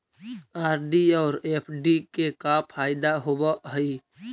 RD और FD के का फायदा होव हई?